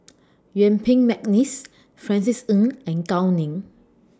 Yuen Peng Mcneice Francis Ng and Gao Ning